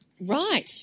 Right